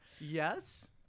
Yes